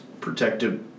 protective